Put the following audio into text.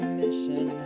mission